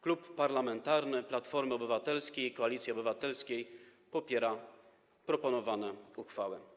Klub Parlamentarny Platforma Obywatelska - Koalicja Obywatelska popiera proponowaną uchwałę.